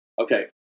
Okay